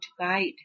guide